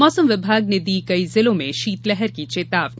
मौसम विभाग ने दी कई जिलों में शीतलहर की चेतावनी